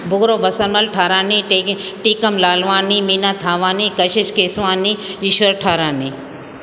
बुॻिड़ो Basarmal Tharani Tegi Tikam Lalwani Meena Thawani Kashish Keswani Ishwar Tharani